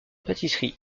pâtisserie